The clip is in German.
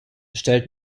stellt